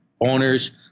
owners